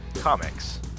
comics